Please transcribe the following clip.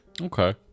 Okay